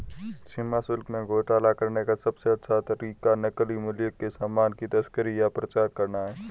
सीमा शुल्क में घोटाला करने का सबसे अच्छा तरीका नकली मूल्य के सामान की तस्करी या प्रचार करना है